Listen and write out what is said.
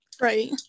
Right